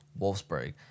wolfsburg